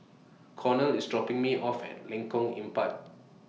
Cornel IS dropping Me off At Lengkong Empat